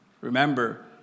Remember